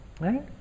Right